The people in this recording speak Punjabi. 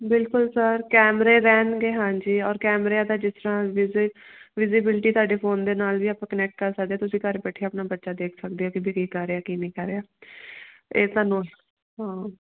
ਬਿਲਕੁਲ ਸਰ ਕੈਮਰੇ ਰਹਿਣਗੇ ਹਾਂਜੀ ਔਰ ਕੈਮਰਿਆਂ ਦਾ ਜਿਸ ਤਰ੍ਹਾਂ ਵਿਜ਼ੀ ਵਿਜ਼ੀਬਿਲਟੀ ਤੁਹਾਡੇ ਫੋਨ ਦੇ ਨਾਲ ਵੀ ਆਪਾਂ ਕਨੈਕਟ ਕਰ ਸਕਦੇ ਹਾਂ ਤੁਸੀਂ ਘਰ ਬੈਠੇ ਆਪਣਾ ਬੱਚਾ ਦੇਖ ਸਕਦੇ ਹੋ ਕਿ ਵੀ ਕੀ ਕਰ ਰਿਹਾ ਕੀ ਨਹੀਂ ਕਰ ਰਿਹਾ ਇਹ ਸਾਨੂੰ ਹਾਂ